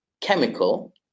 chemical